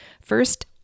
First